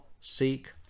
seek